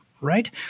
right